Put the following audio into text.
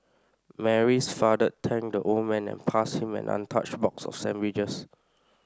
Mary's father thanked the old man and passed him an untouched box of sandwiches